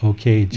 Okay